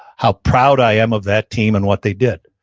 how proud i am of that team and what they did.